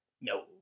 no